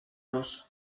nos